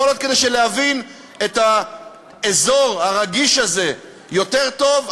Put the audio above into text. יכול להיות שכדי להבין את האזור הרגיש הזה יותר טוב,